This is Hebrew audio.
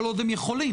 כל עוד הם יכולים,